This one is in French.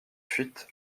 fuite